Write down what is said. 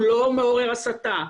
הוא לא מעורר הסתה,